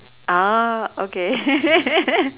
ah okay